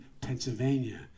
Pennsylvania